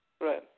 Right